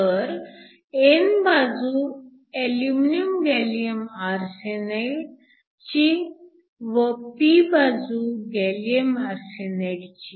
तर n बाजू aluminium gallium arsenide ची व p बाजू गॅलीअम आरसेनाइड ची